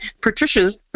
Patricia's